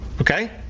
Okay